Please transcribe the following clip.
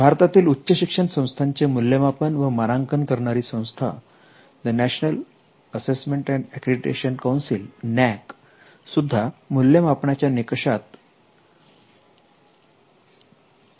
भारतातील उच्च शिक्षण संस्थांचे मूल्यमापन व मानांकन करणारी संस्था The National Assessment and Accreditation Council सुद्धा मूल्यमापनाच्या निकषांत पेटंट वरती भर देते